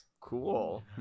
Cool